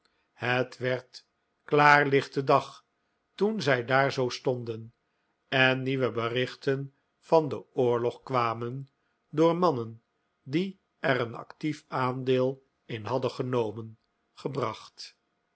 het werd klaarlichte dag toen zij daar zoo stonden en nieuwe berichten van den oorlog kwamen door mannen die er een actief aandeel in hadden genomen gebracht